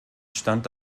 stand